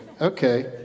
okay